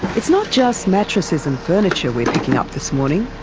it's not just mattresses and furniture we're picking up this morning,